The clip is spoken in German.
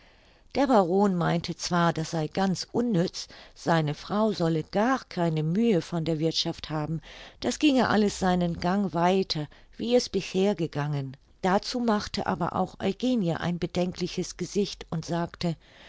der baron meinte zwar das sei ganz unnütz seine frau solle gar keine mühe von der wirthschaft haben das ginge alles seinen gang weiter wie es bisher gegangen dazu machte aber auch eugenie ein bedenkliches gesicht und sagte